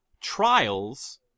trials